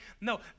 No